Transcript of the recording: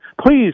please